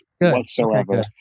whatsoever